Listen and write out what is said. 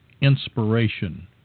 inspiration